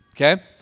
Okay